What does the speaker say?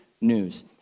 news